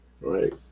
right